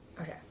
Okay